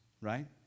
right